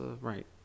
right